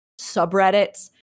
subreddits